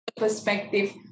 perspective